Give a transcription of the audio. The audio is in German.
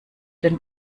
den